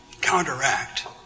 counteract